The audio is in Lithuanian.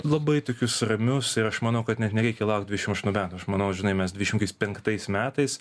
labai tokius ramius ir aš manau kad net nereikia laukti dvidešimt aštuntam aš manau žinai mes dvidešimt penktais metais